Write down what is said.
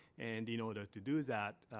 and in order to do that,